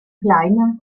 kleine